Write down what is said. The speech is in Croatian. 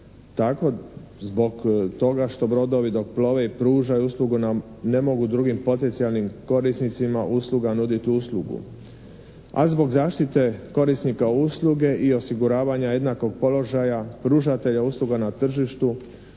Tako zbog toga što brodovi dok plove i pružaju uslugu ne mogu drugim potencijalnim korisnicima usluga nuditi uslugu. A zbog zaštite korisnika usluge i osiguravanja jednakog položaja pružatelja usluga na tržištu